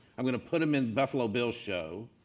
i'm going to put them in buffalo bill's show.